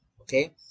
okay